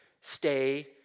stay